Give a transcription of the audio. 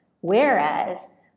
Whereas